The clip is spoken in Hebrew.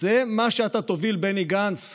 זה מה שאתה תוביל, בני גנץ,